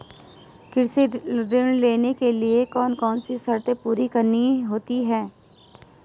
कृषि ऋण लेने के लिए कौन कौन सी शर्तें पूरी करनी होती हैं?